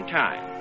time